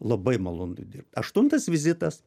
labai malonu dirbt aštuntas vizitas